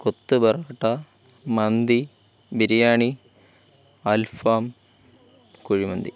കൊത്തുപൊറോട്ട മന്തി ബിരിയാണി അൽഫാം കുഴിമന്തി